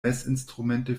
messinstrumente